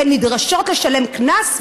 הן נדרשות לשלם קנס,